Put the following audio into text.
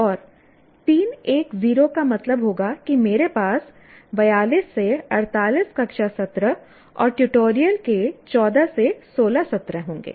और 3 1 0 का मतलब होगा कि मेरे पास 42 से 48 कक्षा सत्र और ट्यूटोरियल के 14 से 16 सत्र होंगे